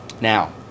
now